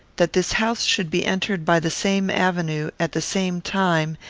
that this house should be entered by the same avenue, at the same time,